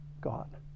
God